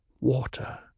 Water